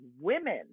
women